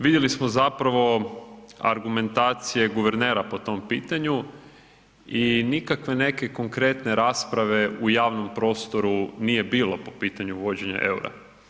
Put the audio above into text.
Vidjeli smo zapravo argumentacije guvernera po tom pitanju i nikakve konkretne rasprave u javnom prostoru nije bilo po pitanju uvođenja eura.